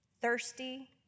thirsty